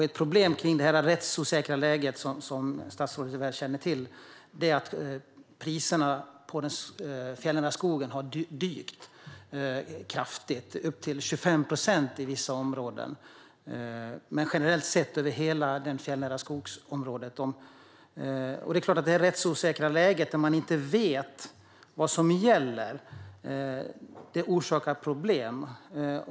Ett problem kring det rättsosäkra läget, som statsrådet väl känner till, är att priserna på den fjällnära skogen generellt har dykt kraftigt, i vissa områden med upp till 25 procent. Det är klart att det rättsosäkra läget, att man inte vet vad som gäller, orsakar problem.